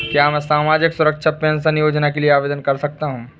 क्या मैं सामाजिक सुरक्षा पेंशन योजना के लिए आवेदन कर सकता हूँ?